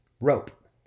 rope